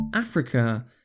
Africa